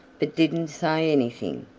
but didn't say anything.